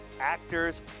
actors